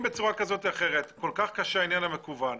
אם בצורה כזאת או אחרת כל כך קשה העניין המקוון,